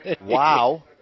Wow